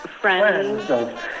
Friends